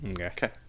Okay